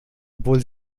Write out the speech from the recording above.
obwohl